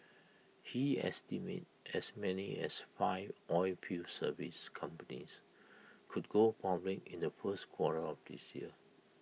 he estimate as many as five oilfield service companies could go public in the first quarter of this year